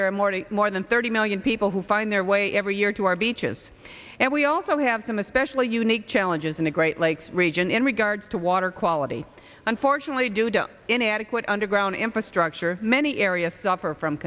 there are more and more than thirty million people who find their way every year to our beaches and we also have some especially unique challenges in the great lakes region in regards to water quality unfortunately due to inadequate underground infrastructure many areas suffer from